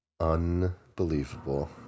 Unbelievable